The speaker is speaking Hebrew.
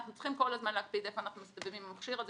אנחנו צריכים כל הזמן להקפיד איך אנחנו מסתדרים עם המכשיר הזה